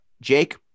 Jake